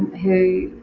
who,